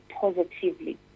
positively